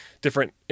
different